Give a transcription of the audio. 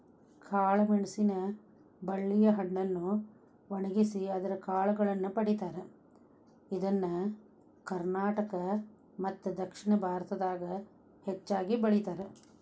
ಕಾಳಮೆಣಸಿನ ಬಳ್ಳಿಯ ಹಣ್ಣನ್ನು ಒಣಗಿಸಿ ಅದರ ಕಾಳುಗಳನ್ನ ಪಡೇತಾರ, ಇದನ್ನ ಕರ್ನಾಟಕ ಮತ್ತದಕ್ಷಿಣ ಭಾರತದಾಗ ಹೆಚ್ಚಾಗಿ ಬೆಳೇತಾರ